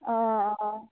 অঁ অঁ